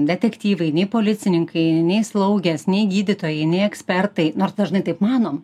detektyvai nei policininkai nei slaugės nei gydytojai nei ekspertai nors dažnai taip manom